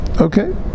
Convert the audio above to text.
Okay